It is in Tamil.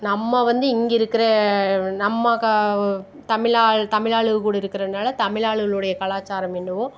நம்ம வந்து இங்கே இருக்கிற நம்ம கா தமிழ் ஆள் தமிழ் ஆளுங்க கூட இருக்கிறதுனால தமிழ் ஆளுகளுடைய கலாச்சாரம் என்னவோ